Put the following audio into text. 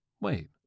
Wait